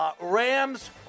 Rams